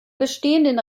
bestehenden